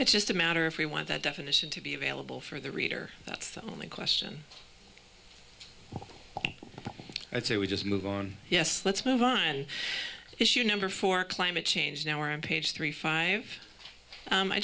it's just a matter if we want that definition to be available for the reader that's the only question it's a we just move on yes let's move on issue number four climate change now on page three five